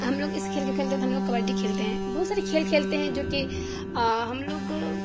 ہم لوگ اس کھیل کو کھیلتے تو ہم لوگ کبڈی کھیلتے ہیں بہت ساری کھیل کھیلتے ہیں جو کہ ہم لوگ